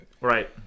right